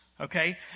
okay